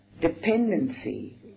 dependency